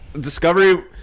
Discovery